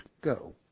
go